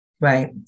Right